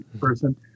person